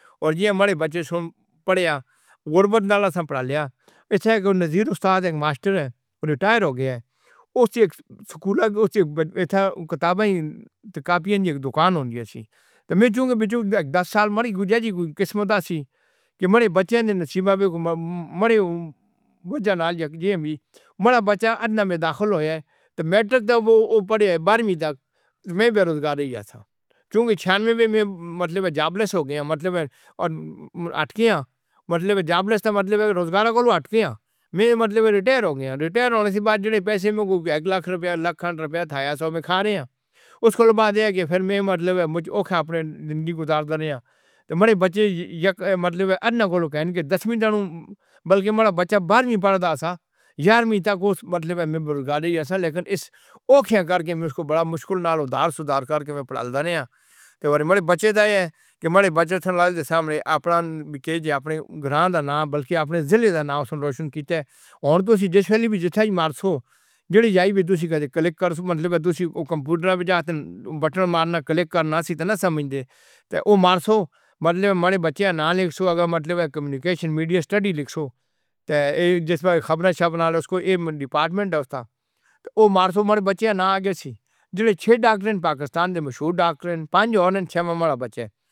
اور ایہ مرے بچے سن پڑھے آؤ تے مت نالا سن پڑھا لیا۔ ایتھے اک مثال اُستاد، اک ماسٹر اے۔ او ریٹائر ہو گیا اے۔ اُسنوں اک سکول، اُسنوں اک پیٹھ۔ کتاباں تے کاپیاں جی اک دکان ہونی سی۔ تے میں جو بیچوں بیچ دس سال مری ہوئی جیسی کوئی قسم اے، ایسی کہ مرے بچے نصیب کو مرے بچے نال یا جیئے وچ۔ مرا بچہ انّا وچ داخل ہو گیا تو میٹرک تو او پڑھے۔ باروے تک میں بیروزگار ہو گیا سی۔ چُنکہ وچ مطلب جابلس ہو گئے نیں۔ مطلب اٹک گیا مطلب جابلس تو مطلب روزگار کو اٹکے نیں۔ میں مطلب ریٹائر ہو گیا۔ ریٹائر ہون دے بعد جو پیسے مینوں گو اک لکھ روپے لکھاں روپے آئے سو میں کھا رہیا واں۔ اُس دے بعد ایہ کے فیر میں مطلب مینوں اُوکھا اپنی زندگی گزار دینی اے۔ تے میرے بچے یک مطلب انّا کو آکھن گے 10ویں تک، بلکہ ساڈا بچہ باروے پڑھ رہیا سی۔ گیاروے تک اُس مطلب وچ برکت سی۔ لیکن ایس اُوکھیا کر کے میں اُسنوں وڈی مشکل نالے دار سنوار کر کے پڑھا لیندا سی۔ میرے بچے دے محلے بجٹ نالے تو سامرے آپنے وی اپنے گاں دا ناں بلکہ اپنے ضلعے دا ناں روشن کیتے ہون تو جیسے ہی او جیسے ماروتی جاؤ گو کلکٹ کر دے نیں۔ کمپیوٹر بٹن مارنا کلک کرنا سیکھنا سمجھدے تو مار دو مطلب ساڈے بچے نا لکھ سو اگر مطلب کمیونیکیشن میڈیا سٹڈی لکھ سو تو ایہ خبراں چھپنا لوگاں کو ایہ ڈیپارٹمنٹ اے اُسدا تو اوہ مار اُتو مر۔ بچے نا اگے تو جو چھ ڈاکٹر پاکستان دے مشہور ڈاکٹر نیں۔ پنج تے چھ معاملہ بچا اے۔